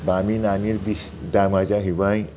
बामि नानि बेसे दामा जाहैबाय